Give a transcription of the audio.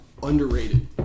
Underrated